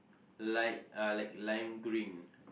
like uh like lime green